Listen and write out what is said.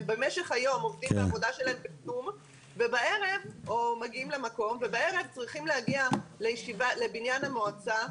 במשך היום הם עובדים בעבודה שלהם ובערב צריכים להגיע לבניין המועצה.